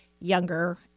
younger